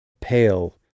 pale